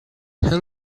her